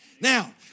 Now